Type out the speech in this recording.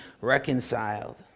reconciled